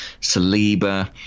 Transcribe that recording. Saliba